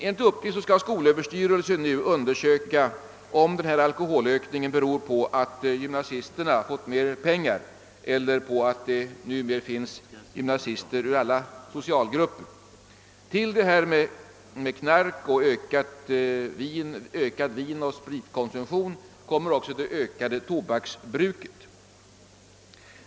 Enligt uppgift skall skolöverstyrelsen nu undersöka om denna ökning av alkoholkonsumtionen beror på att gymnasisterna fått mer pengar eller på att det numera finns gymnasister ur alla socialgrupper. Förutom knarket och den ökade vinoch spritkonsumtionen har tobaksbruket ökat.